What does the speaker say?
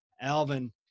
Alvin